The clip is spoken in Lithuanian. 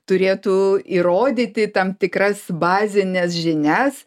turėtų įrodyti tam tikras bazines žinias